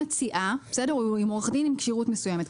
הוא עורך דין עם כשירות מסוימת.